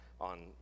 on